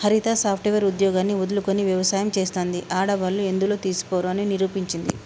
హరిత software ఉద్యోగాన్ని వదులుకొని వ్యవసాయం చెస్తాంది, ఆడవాళ్లు ఎందులో తీసిపోరు అని నిరూపించింది